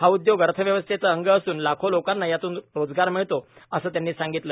हा उद्योग अर्थव्यवस्थेच अंग असून लाखो लोकांना यातून रोजगार मिळतो असं त्यांनी सांगितलं